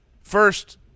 First